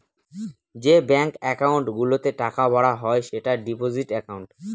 যে bank account গুলোতে টাকা ভরা হয় সেটা ডিপোজিট একাউন্ট